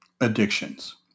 addictions